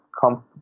come